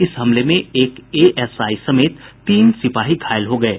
इस हमले में एक एएसआई समेत तीन सिपाही घायल हो गये